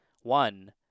One